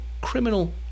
criminal